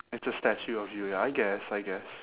it's a statue of you ya I guess I guess